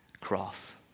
cross